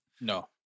No